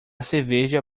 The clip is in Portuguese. cerveja